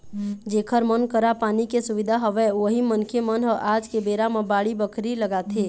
जेखर मन करा पानी के सुबिधा हवय उही मनखे मन ह आज के बेरा म बाड़ी बखरी लगाथे